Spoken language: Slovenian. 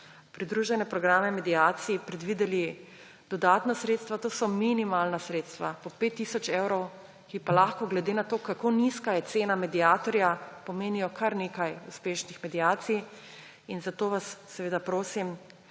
pridružene programe mediacij, predvideli dodatna sredstva. To so minimalna sredstva, po 5 tisoč evrov, ki pa lahko glede na to, kako nizka je cena mediatorja, pomenijo kar nekaj uspešnih mediacij. Zato vas seveda prosim,